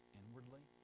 inwardly